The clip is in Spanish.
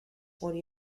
murió